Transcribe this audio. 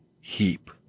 heap